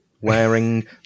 wearing